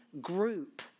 group